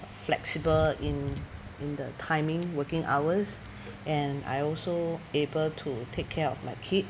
flexible in in the timing working hours and I also able to take care of my kid